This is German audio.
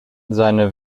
seine